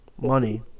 Money